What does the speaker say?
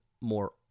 more